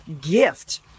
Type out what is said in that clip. gift